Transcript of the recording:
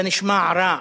זה נשמע רע.